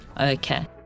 Okay